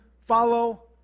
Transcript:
follow